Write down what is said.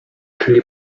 czyli